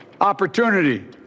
Opportunity